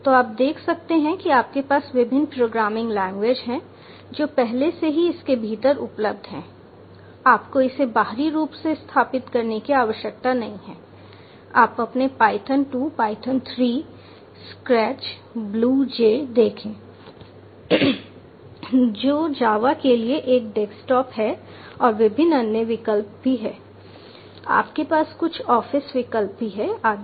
तो आप देख सकते हैं कि आपके पास विभिन्न प्रोग्रामिंग लैंग्वेज हैं जो पहले से ही इसके भीतर उपलब्ध हैं आपको इसे बाहरी रूप से स्थापित करने की आवश्यकता नहीं है आप अपने Python 2 Python 3 Scratch Blue J देखें जो जावा के लिए एक डेस्कटॉप है और विभिन्न अन्य विकल्प भी हैं आपके पास कुछ ऑफिस विकल्प भी हैं आदि